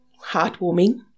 heartwarming